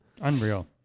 Unreal